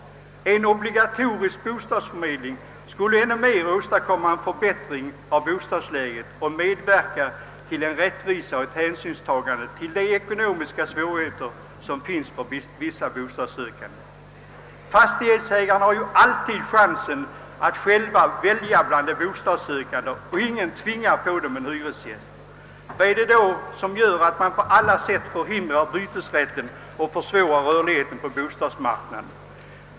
En obligatorisk bostadsförmedling skulle ännu mer förbättra bostadsläget och medverka till rättvisa och hänsynstagande till de ekonomiska svårigheter som finns för vissa bostadssökande. Fastighetsägarna har ju alltid möjlighet att själva välja bland de bostadssökande, och ingen tvingar på dem en hyresgäst. Vad är det då som gör att man på alla sätt förhindrar bytesrätten och försvårar rörligheten på bostadsmarknaden?